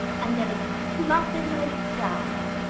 and then it's flossy, my darling,